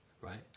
right